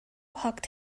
hugged